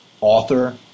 author